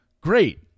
Great